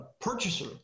purchaser